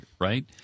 right